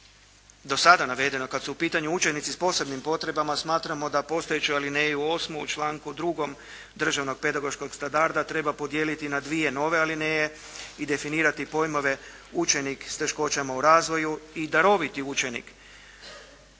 do sada navedenog, kad su u pitanju učenici s posebnim potrebama, smatramo da postojeću alineju 8. u članku 2. Državnog pedagoškog standarda treba podijeliti na dvije nove alineje i definirati pojmove učenik s teškoćama u razvoju i daroviti učenik.